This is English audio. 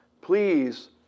please